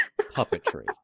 Puppetry